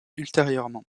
ultérieurement